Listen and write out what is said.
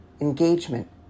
engagement